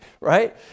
right